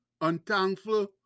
unthankful